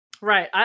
Right